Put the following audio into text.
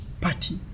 party